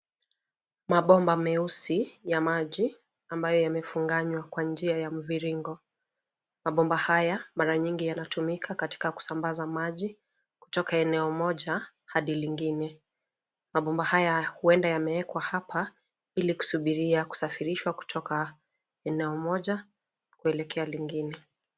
Mabomba meusi ya maji ambayo yamefunganywa kwa njia ya mviringo. Mabomba haya mara nyingi yanatumika katika kusambaza maji kutoka eneo moja hadi lingine. Mabomba haya huenda yamewekwa hapa ili kusubiria kusafirishwa kutoka eneo moja kuelekea lingine.